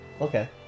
Okay